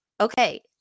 okay